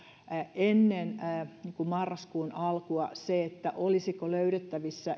ennen marraskuun alkua se olisiko löydettävissä